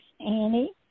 Annie